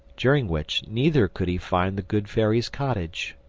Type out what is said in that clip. during which neither could he find the good fairy's cottage.